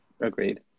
Agreed